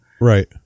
Right